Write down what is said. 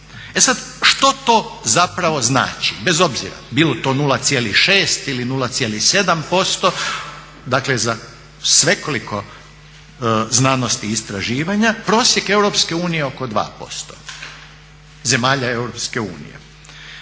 E sad što to zapravo znači, bez obzira bilo to 0,6 ili 0,7%, dakle za svekoliku znanost i istraživanja. Prosjek Europske unije je